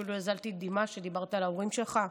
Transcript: אפילו הזלתי דמעה כשדיברת על ההורים שלך.